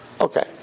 Okay